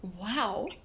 Wow